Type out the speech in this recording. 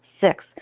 Six